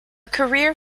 career